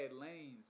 lanes